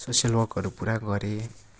social वर्कहरू पुरा गरेँ